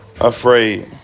afraid